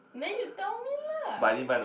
then you tell me lah